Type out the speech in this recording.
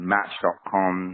Match.com